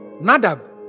Nadab